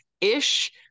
ish